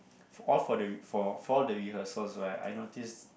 all for the r~ for the rehearsals right I noticed